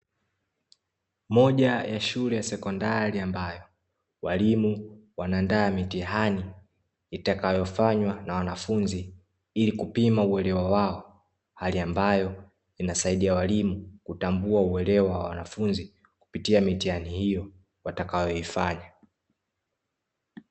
Moja ya shule ya sekondari ambayo walimu wanaandaa mitihani, itakayo fanywa na wanafunzi ili kupima uelewa wao, hali ambayo inasaidia walimu kutambua uelewa wa wanafunzi kupitia mitihani hiyo watakayo ifanya.